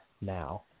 now